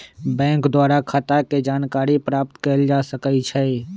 bank द्वारा खता के जानकारी प्राप्त कएल जा सकइ छइ